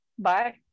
Bye